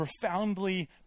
profoundly